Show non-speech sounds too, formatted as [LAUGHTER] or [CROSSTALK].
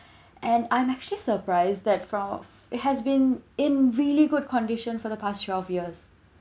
[BREATH] and I'm actually surprised that for it has been in really good condition for the past twelve years